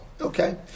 Okay